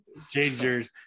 Gingers